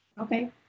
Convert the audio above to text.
Okay